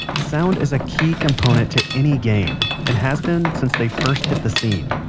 sound is a key component to any game and has been since they first hit the scene.